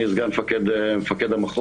אני סגן מפקד המחוז.